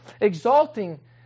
exalting